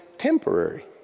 temporary